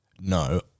no